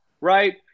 right